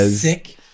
sick